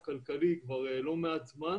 כלכלי בחברה הערבית כבר לא מעט זמן